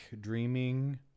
dreaming